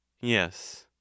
yes